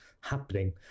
happening